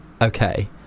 Okay